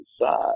side